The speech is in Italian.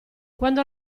quando